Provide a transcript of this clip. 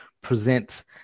present